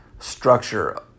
structure